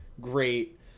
great